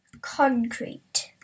concrete